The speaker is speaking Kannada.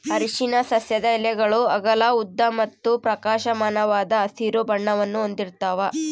ಅರಿಶಿನ ಸಸ್ಯದ ಎಲೆಗಳು ಅಗಲ ಉದ್ದ ಮತ್ತು ಪ್ರಕಾಶಮಾನವಾದ ಹಸಿರು ಬಣ್ಣವನ್ನು ಹೊಂದಿರ್ತವ